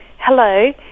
hello